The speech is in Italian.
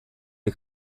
dei